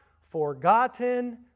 forgotten